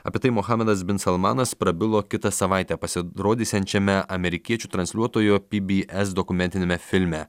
apie tai mohamedas bin salmanas prabilo kitą savaitę pasirodysiančiame amerikiečių transliuotojo pbs dokumentiniame filme